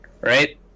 right